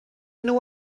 nhw